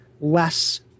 less